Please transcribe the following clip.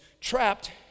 trapped